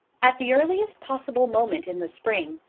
at the earliest possible moment in the spring,